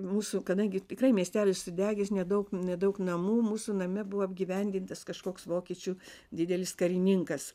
mūsų kadangi tikrai miestelis sudegęs nedaug nedaug namų mūsų name buvo apgyvendintas kažkoks vokiečių didelis karininkas